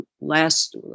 last